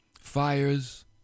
fires